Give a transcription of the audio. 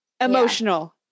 Emotional